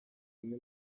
bimwe